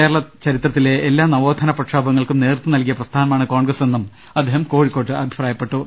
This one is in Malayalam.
കേരളചരിത്രത്തിലെ എല്ലാ നവോത്ഥാന പ്രക്ഷോഭങ്ങൾക്കും നേതൃത്വം നൽകിയ പ്രസ്ഥാനമാണ് കോൺഗ്രസ് എന്നും അദ്ദേഹം കോഴിക്കോട്ട് പറഞ്ഞു